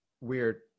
weird